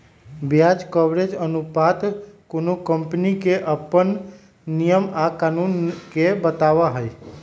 ब्याज कवरेज अनुपात कोनो कंपनी के अप्पन नियम आ कानून के बात हई